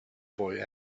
boy